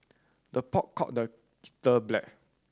the pot call the kettle black